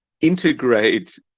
integrate